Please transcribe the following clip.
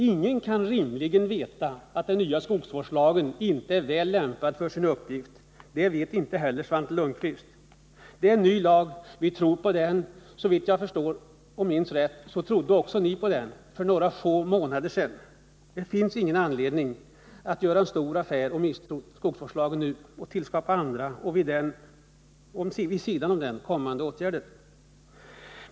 Ingen kan rimligen veta att den nya skogsvårdslagen inte är väl lämpad för sin uppgift. Det vet inte heller Svante Lundkvist. Det är en ny lag och vi tror på den. Såvitt jag minns rätt trodde också ni på den för några få månader sedan. Det finns ingen anledning att göra en stor affär av det hela och misstro skogsvårdslagen, inte heller att tillskapa en annan lag och vidta andra åtgärder.